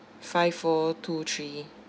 five four two three